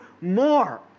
more